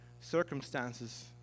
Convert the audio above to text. circumstances